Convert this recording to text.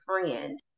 friend